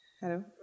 Hello